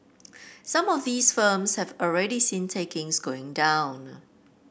some of these firms have already seen takings going down